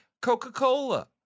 Coca-Cola